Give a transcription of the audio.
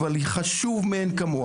אבל היא חשובה מאין כמוה,